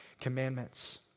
Commandments